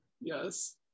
Yes